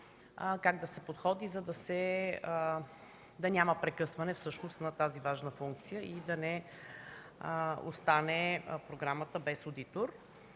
как да се подходи, за да няма прекъсване на тази важна функция и да не остане програмата без одитор.